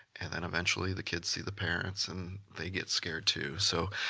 and then eventually the kids see the parents and they get scared too. so